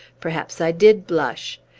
perhaps i did blush.